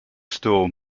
store